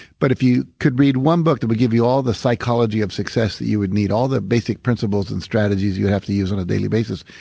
but if you could read one book that would give you all the psychology of success that you would need, all the basic principles and strategies you have to use on a daily basis,